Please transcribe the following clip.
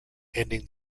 ending